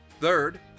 Third